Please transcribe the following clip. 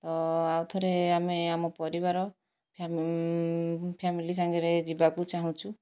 ତ ଆଉ ଥରେ ଆମେ ଆମ ପରିବାର ଫ୍ୟାମିଲି ସାଙ୍ଗରେ ଯିବାକୁ ଚାହୁଁଛୁ